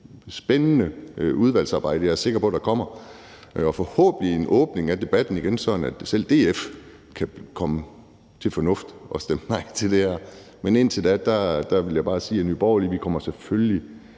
spændende udvalgsarbejde, jeg er sikker på kommer, og forhåbentlig en åbning af debatten igen, sådan at selv DF kan komme til fornuft og stemme nej til det her. Men indtil da vil jeg bare sige, at Nye Borgerlige selvfølgelig